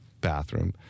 bathroom